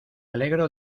alegro